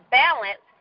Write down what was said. balance